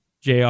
Jr